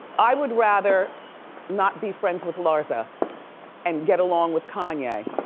i would rather not be friends with larsa and get along with kanye,